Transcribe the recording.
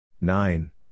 Nine